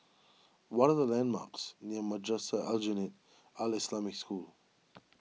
what are the landmarks near Madrasah Aljunied Al Islamic School